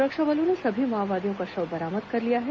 सुरक्षा बलों ने सभी माओवादियों का शव बरामद कर लिया है